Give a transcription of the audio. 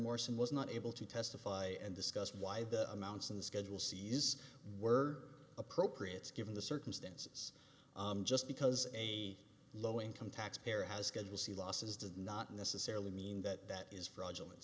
morson was not able to testify and discuss why the amounts in the schedule cs were appropriate given the circumstances just because a low income tax payer has schedule c losses does not necessarily mean that that is fraudulent